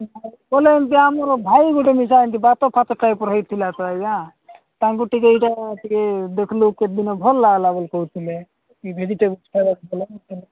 କଲେ ଯା ଆମର ଭାଇ ଗୋଟେ ଏମିତି ବାତ ଫାତ ଟାଇପର ହୋଇଥିଲା ତ ଆଜ୍ଞା ତାଙ୍କୁ ଟିକେ ଏଇଟା ଟିକେ ଦେଖିଲୁ କେତ ଦିନ ଭଲ ଲାଗିଲା ବୋଲି କହୁଥିଲେ ଭେଜିଟେବଲସ